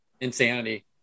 insanity